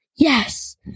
Yes